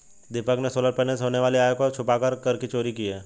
दीपक ने solar panel से होने वाली आय को छुपाकर कर की चोरी की है